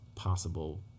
possible